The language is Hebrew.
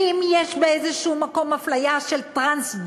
ואם יש במקום כלשהו הפליה של טרנסג'נדרים,